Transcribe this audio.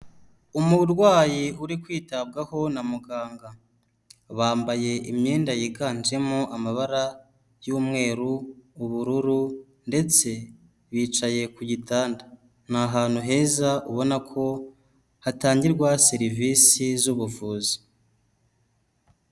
Umurwayi uri kwitabwaho na muganga. Bambaye imyenda yiganjemo amabara y'umweru, ubururu ndetse bicaye ku gitanda. Ni ahantu heza ubona ko hatangirwa serivisi z'ubuvuzi.